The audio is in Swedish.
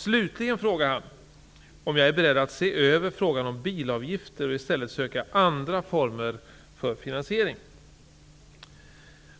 Slutligen frågar han om jag är beredd att se över frågan om bilavgifter och i stället söka andra former för finansiering.